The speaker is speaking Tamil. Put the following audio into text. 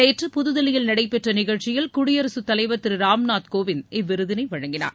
நேற்று புதுதில்லியில் நடைபெற்ற நிகழ்ச்சியில் குடியரசு தலைவர் திரு ராம்நாத் கோவிந்த் இவ்விருதினை வழங்கினார்